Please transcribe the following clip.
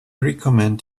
recommend